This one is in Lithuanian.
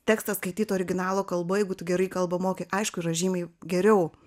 tekstą skaityt originalo kalba jeigu tu gerai kalbą moki aišku yra žymiai geriau